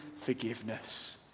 forgiveness